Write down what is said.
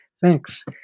Thanks